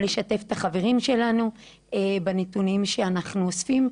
אני אשמח גם לשתף את החברים שלנו בנתונים שאנחנו אוספים.